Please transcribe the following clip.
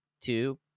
two